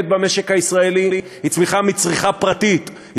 במשק הישראלי היא צמיחה מצריכה פרטית,